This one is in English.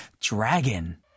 Dragon